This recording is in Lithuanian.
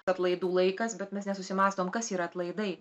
atlaidų laikas bet mes nesusimąstom kas yra atlaidai